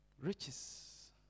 Riches